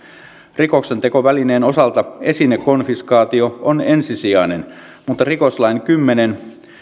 rikoksentekovälineen osalta esinekonfiskaatio on ensisijainen mutta rikoslain kymmenen